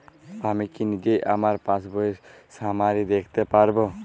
আমি কি নিজেই আমার পাসবইয়ের সামারি দেখতে পারব?